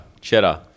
cheddar